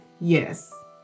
yes